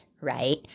right